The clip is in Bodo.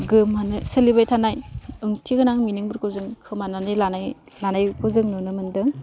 गोमानो सोलिबाय थानाय ओंथिगोनां मिनिंफोरखौ जों खोमानानै लानाय लानायखौ जों नुनो मोन्दों